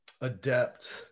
adept